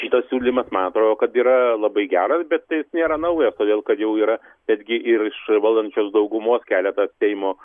šitas siūlymas man atrodo kad yra labai geras bet tai jis nėra naujas todėl kad jau yra netgi ir iš valdančiosios daugumos keletas seimo